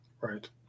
Right